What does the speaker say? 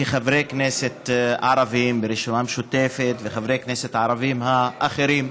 חברי כנסת ערבים ברשימה המשותפת וחברי הכנסת הערבים האחרים,